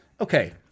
Okay